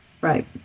right